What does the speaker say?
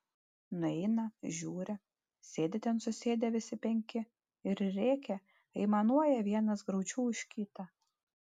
nueina žiūri sėdi ten susėdę visi penki ir rėkia aimanuoja vienas graudžiau už kitą